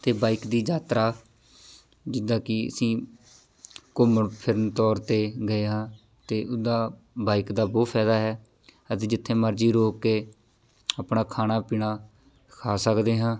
ਅਤੇ ਬਾਈਕ ਦੀ ਯਾਤਰਾ ਜਿੱਦਾਂ ਕਿ ਅਸੀਂ ਘੁੰਮਣ ਫਿਰਨ ਤੌਰ 'ਤੇ ਗਏ ਹਾਂ ਅਤੇ ਉਹਦਾ ਬਾਈਕ ਦਾ ਬਹੁਤ ਫਾਇਦਾ ਹੈ ਅਸੀਂ ਜਿੱਥੇ ਮਰਜ਼ੀ ਰੋਕ ਕੇ ਆਪਣਾ ਖਾਣਾ ਪੀਣਾ ਖਾ ਸਕਦੇ ਹਾਂ